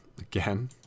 again